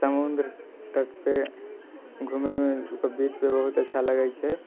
समुद्र तटपर घुमैमे बीचपर बहुत अच्छा लगै छै